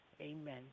amen